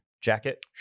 jacket